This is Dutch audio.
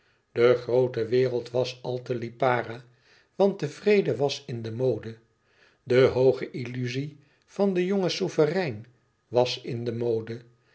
de groote wereld was al te lipara want de vrede was in de mode de hooge illuzie van den jongen souverein was in de mode